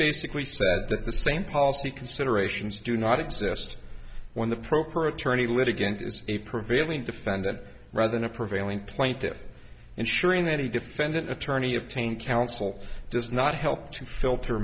that the same policy considerations do not exist when the pro for attorney litigant is a prevailing defendant rather than a prevailing plaintiffs ensuring that the defendant attorney obtain counsel does not help to filter